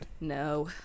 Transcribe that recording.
No